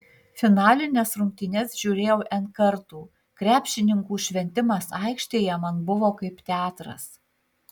finalines rungtynes žiūrėjau n kartų krepšininkų šventimas aikštėje man buvo kaip teatras